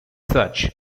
such